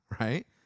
right